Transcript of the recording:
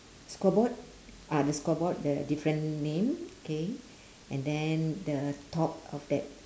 scoreboard ah the scoreboard the different name K and then the top of that